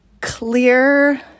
clear